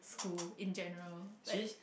school in general like